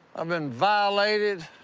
i've been violated.